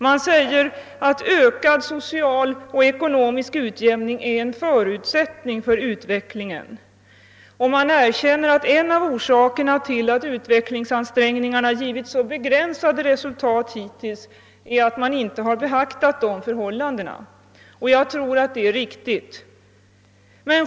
Man säger att ökad ekonomisk och social utjämning är en förutsättning för utvecklingen, och man erkänner att en av orsakerna till att utvecklingsansträngningarna givit så begränsade resultat hittills är att man inte har beaktat dessa förhållanden. Jag tror att detta är riktigt.